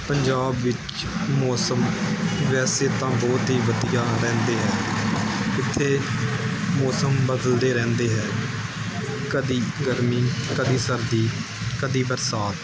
ਪੰਜਾਬ ਵਿੱਚ ਮੌਸਮ ਵੈਸੇ ਤਾਂ ਬਹੁਤ ਹੀ ਵਧੀਆ ਰਹਿੰਦੇ ਹੈ ਇੱਥੇ ਮੌਸਮ ਬਦਲਦੇ ਰਹਿੰਦੇ ਹੈ ਕਦੀ ਗਰਮੀ ਕਦੀ ਸਰਦੀ ਕਦੀ ਬਰਸਾਤ